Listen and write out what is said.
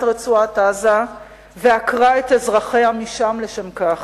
רצועת-עזה ועקרה את אזרחיה משם לשם כך.